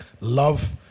love